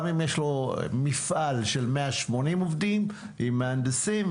גם אם יש לו מפעל של 180 עובדים עם מהנדסים,